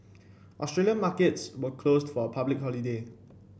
Australian markets were closed for a public holiday